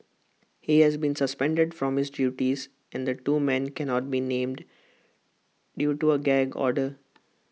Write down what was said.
he has been suspended from his duties and the two men cannot be named due to A gag order